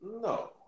No